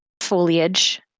foliage